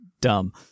Dumb